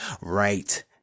right